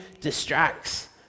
distracts